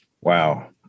Wow